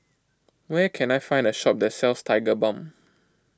where can I find a shop that sells Tigerbalm